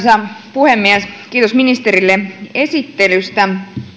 puhemies kiitos ministerille esittelystä